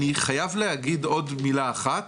אני חייב להגיד עוד מילה אחת.